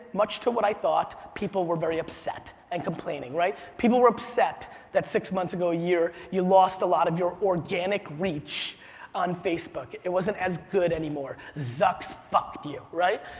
much to what i thought, people were very upset and complaining, right? people were upset that six months ago, a year, you lost a lot of your organic reach on facebook, it wasn't as good anymore. zucks fucked you, right?